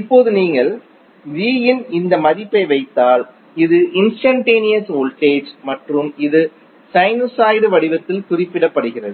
இப்போது நீங்கள் v இன் இந்த மதிப்பை வைத்தால் இது இன்ஸ்டன்டேனியஸ் வோல்டேஜ் மற்றும் இது சைனுசாய்டு வடிவத்தில் குறிப்பிடப்படுகிறது